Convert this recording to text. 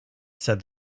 said